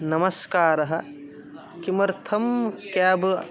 नमस्कारः किमर्थं क्याब्